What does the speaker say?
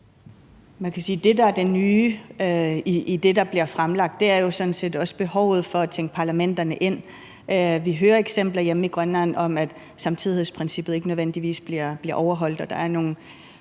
det, der er det nye i det, der bliver fremlagt, jo sådan set er behovet for at tænke parlamenterne ind. Vi hører eksempler hjemme i Grønland om, at samtidighedsprincippet ikke nødvendigvis bliver overholdt,